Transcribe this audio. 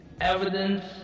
evidence